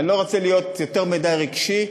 ואני לא רוצה להיות יותר מדי רגשי,